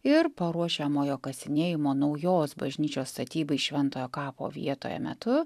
ir paruošiamojo kasinėjimo naujos bažnyčios statybai šventojo kapo vietoje metu